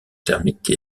thermique